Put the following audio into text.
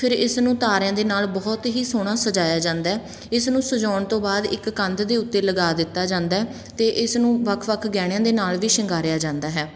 ਫਿਰ ਇਸ ਨੂੰ ਤਾਰਿਆਂ ਦੇ ਨਾਲ ਬਹੁਤ ਹੀ ਸੋਹਣਾ ਸਜਾਇਆ ਜਾਂਦਾ ਇਸ ਨੂੰ ਸਜਾਉਣ ਤੋਂ ਬਾਅਦ ਇੱਕ ਕੰਧ ਦੇ ਉੱਤੇ ਲਗਾ ਦਿੱਤਾ ਜਾਂਦਾ ਅਤੇ ਇਸ ਨੂੰ ਵੱਖ ਵੱਖ ਗਹਿਣਿਆਂ ਦੇ ਨਾਲ ਵੀ ਸ਼ਿੰਗਾਰਿਆ ਜਾਂਦਾ ਹੈ